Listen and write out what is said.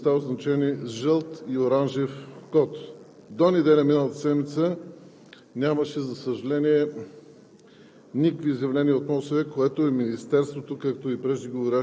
предупрежденията на метеоролозите за очаквани опасни количества валежи на места, означени със жълт и оранжев код. До неделя миналата седмица нямаше, за съжаление,